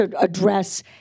address